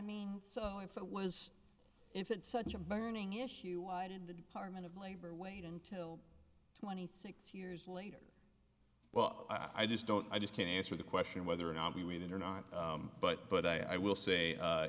mean so if it was if it's such a burning issue why did the department of labor wait until twenty six years later well i just don't i just can't answer the question whether or not you read it or not but but i will say